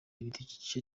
ibidukikije